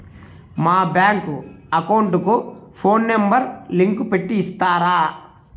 మా bank account కు phone number link పెట్టి ఇస్తారా?